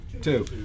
Two